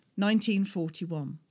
1941